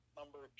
number